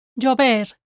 Llover